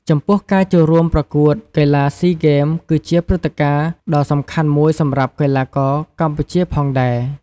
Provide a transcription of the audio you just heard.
ចំពោះ ការចូលរួមប្រកួតកីឡាស៊ីហ្គេម គឺជាព្រឹត្តិការណ៍ដ៏សំខាន់មួយសម្រាប់កីឡាករកម្ពុជាផងដែរ។